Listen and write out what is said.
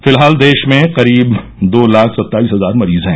फिलहाल देश में करीब दो लाख सत्ताईस हजार मरीज हैं